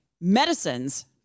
medicines